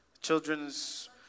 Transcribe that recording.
children's